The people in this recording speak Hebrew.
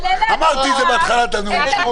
אמרתי את זה בהתחלת הנאום.